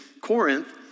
Corinth